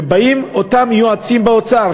באים אותם יועצים באוצר,